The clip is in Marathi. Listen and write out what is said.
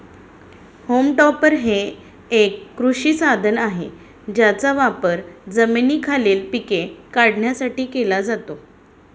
होम टॉपर हे एक कृषी साधन आहे ज्याचा वापर जमिनीखालील पिके काढण्यासाठी केला जातो